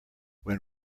when